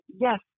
yes